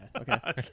okay